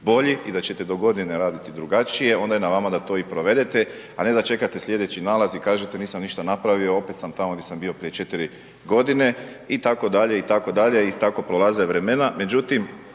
bolji i da ćete do godine raditi drugačije, onda je na vama da to i provedete, a ne da čekate slijedeći nalaz i kažete nisam ništa napravio, opet sam tamo gdje sam bio prije 4 godine itd., itd. i tako prolaze vremena.